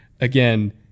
Again